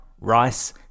rice